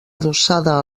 adossada